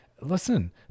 Listen